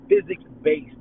physics-based